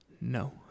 No